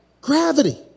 gravity